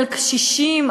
על קשישים,